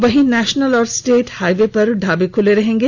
वहीं नेशनल और state highway पर ढाबे खुले रहेंगे